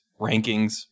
rankings